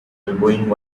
elbowing